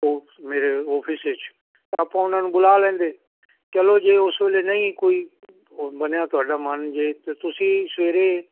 ਉਹ ਮੇਰੇ ਆਫਿਸ ਵਿੱਚ ਆਪਾਂ ਉਹਨਾਂ ਨੂੰ ਬੁਲਾ ਲੈਂਦੇ ਚਲੋ ਜੇ ਉਸ ਵੇਲੇ ਨਹੀਂ ਕੋਈ ਬਣਿਆ ਤੁਹਾਡਾ ਮਨ ਜੇ ਤੁਸੀਂ ਸਵੇਰੇ